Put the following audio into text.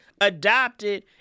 adopted